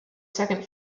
second